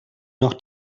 noch